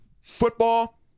football